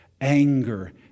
anger